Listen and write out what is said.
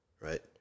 right